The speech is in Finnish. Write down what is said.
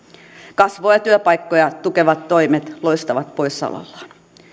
kasvua ja työpaikkoja tukevat toimet loistavat poissaolollaan